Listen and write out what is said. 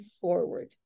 forward